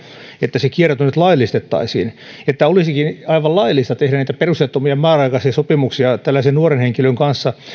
että se kierto nyt laillistettaisiin että olisikin aivan laillista tehdä niitä perusteettomia määräaikaisia sopimuksia tällaisen nuoren henkilön kanssa